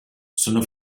sono